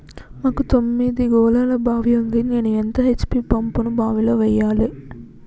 మాకు తొమ్మిది గోళాల బావి ఉంది నేను ఎంత హెచ్.పి పంపును బావిలో వెయ్యాలే?